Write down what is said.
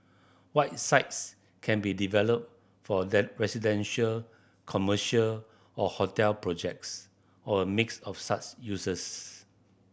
white sites can be developed for residential commercial or hotel projects or a mix of such uses